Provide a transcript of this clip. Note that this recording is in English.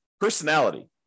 personality